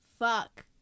fuck